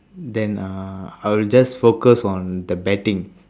then uh I will just focus on the batting